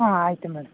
ಹ್ಞೂ ಆಯಿತು ಮೇಡಂ